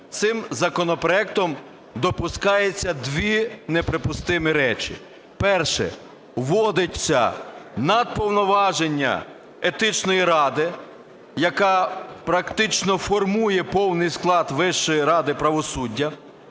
Цим законопроектом допускаються дві неприпустимі речі. Перше: вводиться надповноваження Етичної ради, яка практично формує повний склад Вищої ради правосуддя,